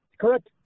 correct